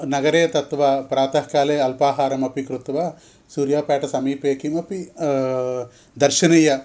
नगरे गत्वा प्रातःकाले अल्पाहारमपि कृत्वा सूर्यापाटसमीपे किमपि दर्शनीय